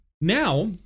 Now